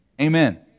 Amen